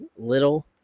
little